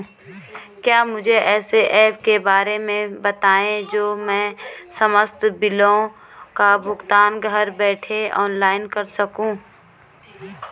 क्या मुझे ऐसे ऐप के बारे में बताएँगे जो मैं समस्त बिलों का भुगतान घर बैठे ऑनलाइन कर सकूँ?